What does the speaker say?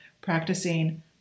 practicing